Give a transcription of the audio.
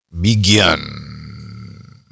begin